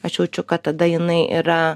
aš jaučiu kad tada jinai yra